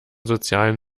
sozialen